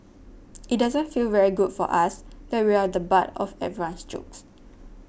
it doesn't feel very good for us that we're the butt of everyone's jokes